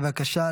בבקשה.